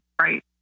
right